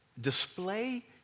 display